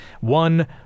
one